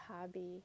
hobby